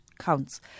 counts